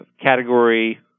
category